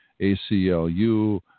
ACLU